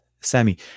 Sammy